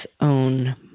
own